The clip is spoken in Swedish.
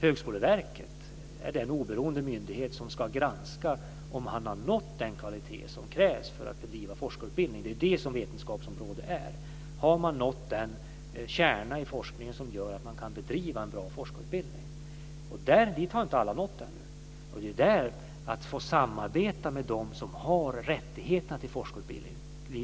Högskoleverket är den oberoende myndighet som ska granska om man har nått den kvalitet som krävs för att bedriva forskarutbildning. Det är det som vetenskapsområde är. Har man nått den kärna i forskningen som gör att man kan bedriva en bra forskarutbildning? Dit har inte alla nått än. Det är där som det blir viktigt att få samarbeta med dem som har rätt att ge forskarutbildning.